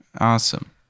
awesome